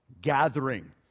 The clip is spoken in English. gathering